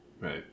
Right